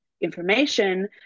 information